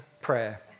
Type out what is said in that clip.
prayer